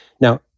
Now